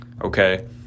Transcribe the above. okay